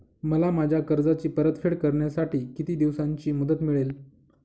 मला माझ्या कर्जाची परतफेड करण्यासाठी किती दिवसांची मुदत मिळेल?